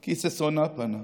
כי ששונה פנה.